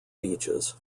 beaches